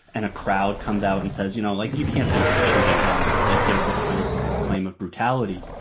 and a crowd comes out and says, you know, like, you can't be treating him like this. there's this kind of claim of brutality.